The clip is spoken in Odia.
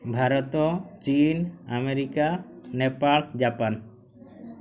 ଭାରତ ଚୀନ ଆମେରିକା ନେପାଳ ଜାପାନ